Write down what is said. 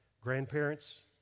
Grandparents